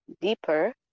deeper